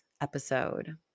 episode